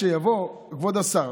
אני כיהודי-חרדי,